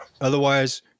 Otherwise